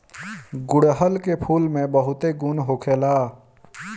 गुड़हल के फूल में बहुते गुण होखेला